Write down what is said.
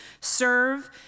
serve